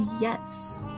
Yes